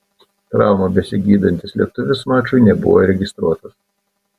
traumą besigydantis lietuvis mačui nebuvo registruotas